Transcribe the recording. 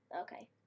okay